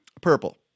purple